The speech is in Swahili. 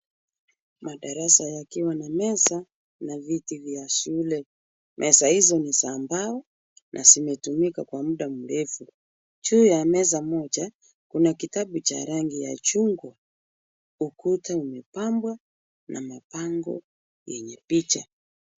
Madarasa yakiwa na meza na viti vya shule. Meza hizo ni za mbao na zimetumika kwa muda mrefu. Juu ya meza moja, kuna kitabu cha rangi ya chungwa. Ukuta umepambwa na mabango yenye picha.